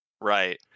right